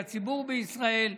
לציבור בישראל,